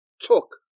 took